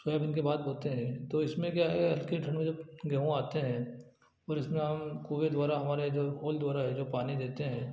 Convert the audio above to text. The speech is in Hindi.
सोयाबीन के बाद बोते हैं तो इसमें क्या है हल्की ठण्ड में जब गेहूँ आते हैं और इसमें हम कोवे द्वारा हमारे जो होल द्वारा है जो पानी देते हैं